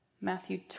Matthew